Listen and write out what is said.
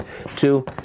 Two